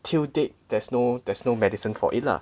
till date there's no there's no medicine for it lah